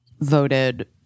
voted